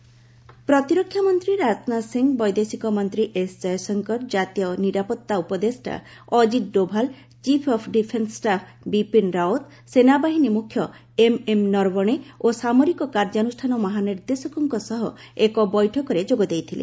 Rajnath meeting ପ୍ରତିରକ୍ଷା ମନ୍ତ୍ରୀ ରାଜନାଥ ସିଂହ ବୈଦେଶିକ ମନ୍ତ୍ରୀ ଏସ୍ ଜୟଶଙ୍କର ଜାତୀୟ ନିରାପତ୍ତା ଉପଦେଷ୍ଟା Ajit Doval chief of defence staff Bipin Rawat ସେନାବାହିନୀ ମୁଖ୍ୟ ଏମ୍ଏମ୍ ନରବଣେ ଓ ସାମରିକ କାର୍ଯ୍ୟାନୁଷ୍ଠାନ ମହାନିର୍ଦ୍ଦେଶକଙ୍କ ସହ ଏକ ବୈଠକରେ ଯୋଗ ଦେଇଥିଲେ